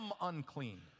unclean